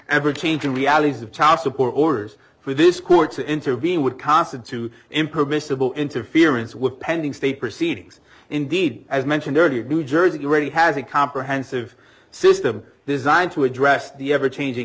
ever changing realities of child support orders for this court to intervene would constitute impermissible interference with pending state proceedings indeed as mentioned earlier new jersey already has a comprehensive system designed to address the ever changing